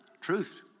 Truth